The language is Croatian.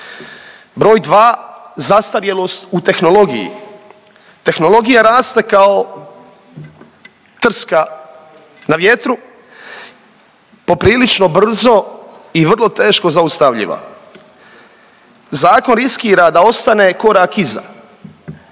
Broj dva, zastarjelost u tehnologiji, tehnologija raste kao trska na vjetru, poprilično brzo i vrlo teško zaustavljiva. Zakon riskira da ostane korak iza,